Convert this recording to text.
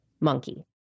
monkey